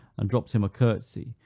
and drops him a curtsey,